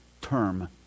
term